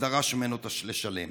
ודרש ממנו לשלם.